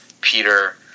Peter